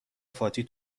فاطی